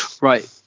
Right